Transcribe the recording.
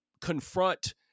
confront